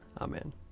Amen